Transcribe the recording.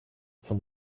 some